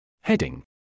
Heading